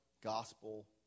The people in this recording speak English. gospel